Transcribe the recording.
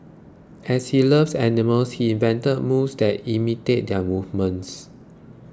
as he loves animals he invented moves that imitate their movements